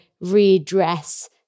redress